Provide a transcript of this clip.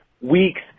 week's